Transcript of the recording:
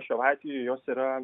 šiuo atveju jos yra